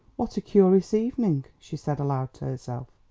what a curious evening, she said aloud to herself,